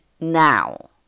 now